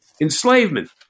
enslavement